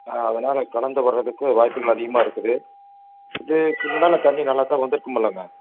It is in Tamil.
ஆ அதனால கலந்து வர்றதுக்கு வாய்ப்புகள் அதிகமாக இருக்குது இதுக்கு முன்னால் தண்ணி நல்லா தான் வந்துருக்கும்ல்லைங்க